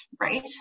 right